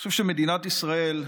שמדינת ישראל,